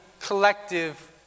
collective